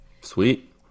Sweet